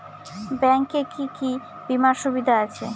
Bank এ কি কী বীমার সুবিধা আছে?